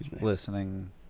listening